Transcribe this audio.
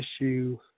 issue